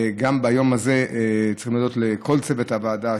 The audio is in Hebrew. ביום הזה צריכים להודות גם לכל צוות הוועדה,